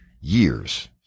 Years